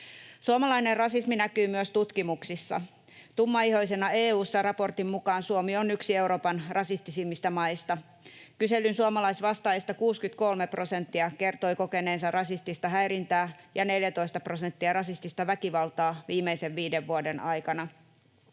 Suomalainen rasismi näkyy myös tutkimuksissa. Tummaihoisena EU:ssa ‑raportin mukaan Suomi on yksi Euroopan rasistisimmista maista. Kyselyn suomalaisvastaajista 63 prosenttia kertoi kokeneensa rasistista häirintää ja 14 prosenttia rasistista väkivaltaa viimeisen viiden vuoden aikana.